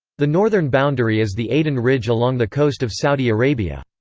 the northern boundary is the aden ridge along the coast of saudi arabia.